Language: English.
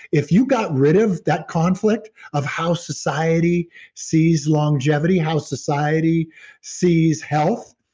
if you got rid of that conflict of how society sees longevity, how society sees health,